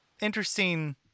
interesting